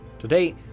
Today